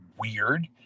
weird